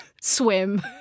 swim